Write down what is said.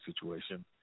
situation